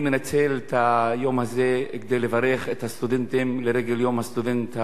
אני מנצל את היום הזה כדי לברך את הסטודנטים לרגל יום הסטודנט הלאומי,